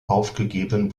aufgegeben